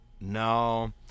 no